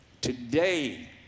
Today